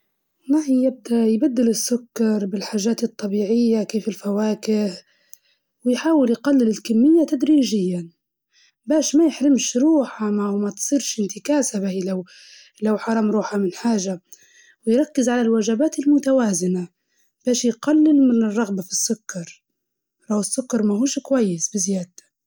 يبدل السكر بحاجات طبيعية زي الفواكه، و يحاول يقلل كمية السكر بالتدريج شوية شوية يعني، وما يحرم روحه فجأة فبتصير الانتكاسة، ويركز على الوجبات ال متوازنة باشي يقلل من رغبته في السكر.